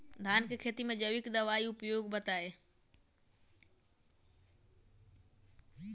धान के खेती में जैविक दवाई के उपयोग बताइए?